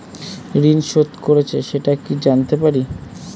ঋণ শোধ করেছে সেটা কি জানতে পারি?